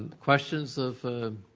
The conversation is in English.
questions of